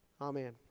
Amen